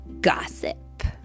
gossip